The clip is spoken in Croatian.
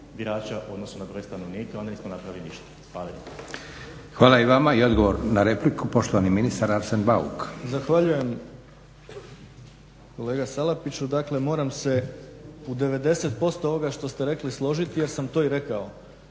Hvala i vama. Odgovor na repliku, poštovani ministar Arsen Bauk.